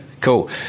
cool